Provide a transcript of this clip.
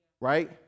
Right